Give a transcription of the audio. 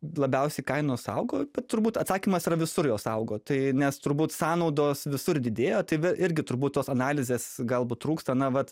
labiausiai kainos augo turbūt atsakymas yra visur jos augo tai nes turbūt sąnaudos visur didėjo tai irgi turbūt tos analizės galbūt trūksta na vat